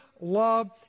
love